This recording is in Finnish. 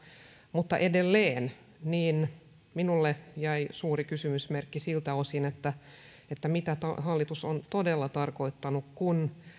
mutta edelleen minulle jäi suuri kysymysmerkki siltä osin mitä hallitus on todella tarkoittanut kun